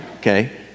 Okay